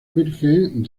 virgen